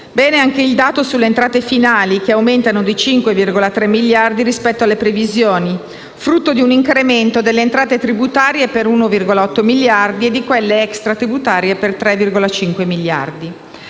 Bene anche il dato sulle entrate finali che aumentano di 5,3 miliardi rispetto alle previsioni, frutto di un incremento delle entrate tributarie per 1,8 miliardi e di quelle extra-tributarie per 3,5 miliardi.